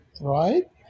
right